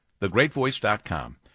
thegreatvoice.com